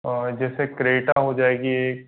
जैसे क्रेटा हो जाएगी